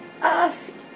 ask